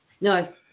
No